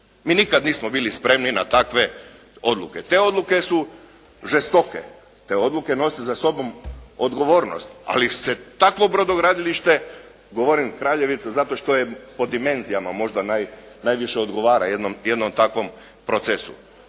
Mi nikada nismo bili spremni na takve odluke. Te odluke su žestoke, te odluke nose za sobom odgovornost, ali se takvo brodogradilište, govorim Kraljevica zato što je po dimenzijama možda najviše odgovara jednom takvom procesu.